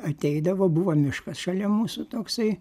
ateidavo buvo miškas šalia mūsų toksai